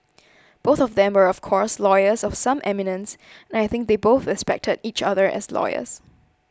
both of them were of course lawyers of some eminence and I think they both respected each other as lawyers